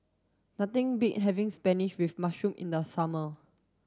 nothing beats having spinach with mushroom in the summer